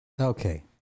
Okay